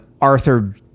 Arthur